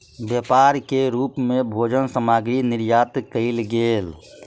व्यापार के रूप मे भोजन सामग्री निर्यात कयल गेल